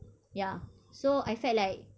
ya so I felt like